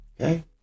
Okay